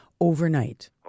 overnight